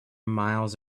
miles